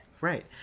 Right